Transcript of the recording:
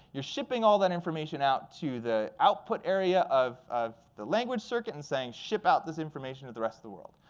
you're shipping all that information out to the output area of of the language circuit and saying, ship out this information to the rest of the world.